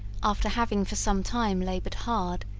after having for some time laboured hard,